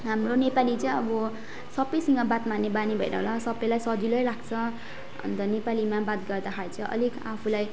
हाम्रो नेपाली चाहिँ अब सबैसँग बात मार्ने बानी भएर होला सबैलाई सजिलै लाग्छ अन्त नेपालीमा बात गर्दाखेरि चाहिँ अलिक आफूलाई